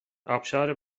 آبشار